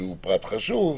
שהוא פרט חשוב,